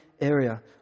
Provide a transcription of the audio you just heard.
area